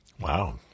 Wow